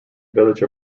village